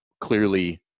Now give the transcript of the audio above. clearly